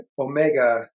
Omega